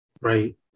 right